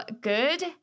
good